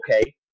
okay